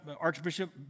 Archbishop